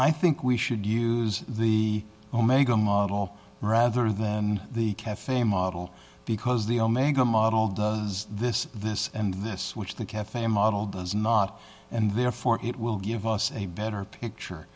i think we should use the omega model rather than the cafe model because the omega model does this this and this which the cafe model does not and therefore it will give us a better